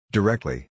Directly